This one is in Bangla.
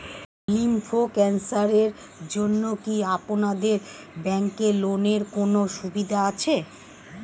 লিম্ফ ক্যানসারের জন্য কি আপনাদের ব্যঙ্কে লোনের কোনও সুবিধা আছে?